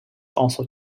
also